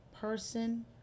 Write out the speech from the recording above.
person